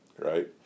Right